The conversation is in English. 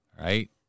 right